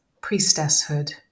priestesshood